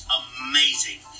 amazing